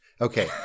Okay